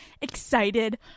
excited